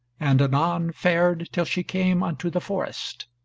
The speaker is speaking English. and anon fared till she came unto the forest.